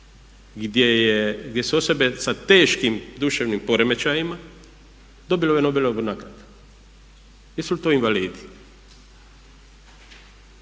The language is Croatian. gdje su osobe sa teškim duševnim poremećajima dobile Nobelovu nagradu. Jesu li to invalidi?